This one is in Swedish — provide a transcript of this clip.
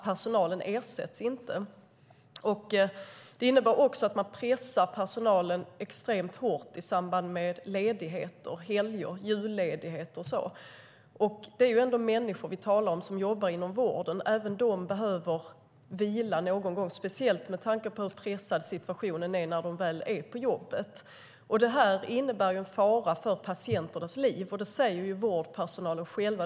Personalen ersätts inte. Detta innebär att man pressar personalen extremt hårt i samband med ledigheter, helger, julledighet och så vidare. Det är ändå människor vi talar om. Även människor som jobbar inom vården behöver vila någon gång, speciellt med tanke på hur pressad situationen är när de väl är på jobbet. Detta innebär en fara för patienternas liv; det säger vårdpersonalen själv.